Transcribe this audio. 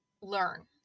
learn